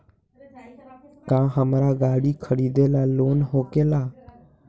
का हमरा गारी खरीदेला लोन होकेला?